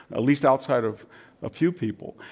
at least outside of a few people.